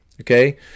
Okay